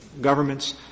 governments